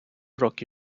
роки